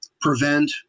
prevent